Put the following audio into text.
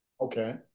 okay